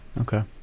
Okay